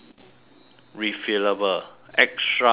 refillable extra fine